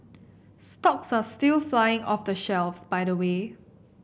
stocks are still flying off the shelves by the way